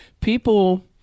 people